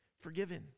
forgiven